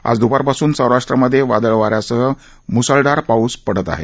आज दपारपासून सौराष्ट्रामधे वादळीवा यासह मुसळधार पाऊस पडत आहे